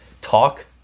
talk